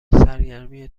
سرگرمی